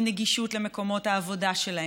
מנגישות של מקומות העבודה שלהם,